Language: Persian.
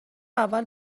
اول